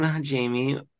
Jamie